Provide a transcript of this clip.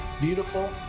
Beautiful